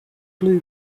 blue